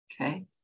Okay